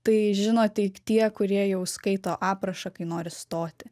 tai žino tik tie kurie jau skaito aprašą kai nori stoti